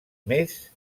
més